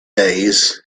days